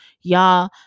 Y'all